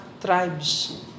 tribes